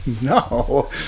no